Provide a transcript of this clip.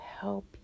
help